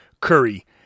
Curry